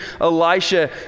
Elisha